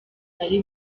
ari